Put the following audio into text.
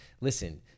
listen